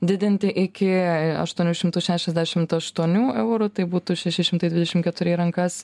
didinti iki aštuonių šimtų šešiasdešimt eurų tai būtų šeši šimtai dvidešim keturi į rankas